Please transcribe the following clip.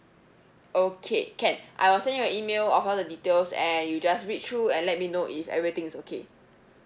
okay can I will send you an email of all the details and you just read through and let me know if everything is okay